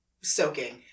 soaking